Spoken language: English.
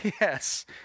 Yes